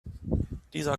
dieser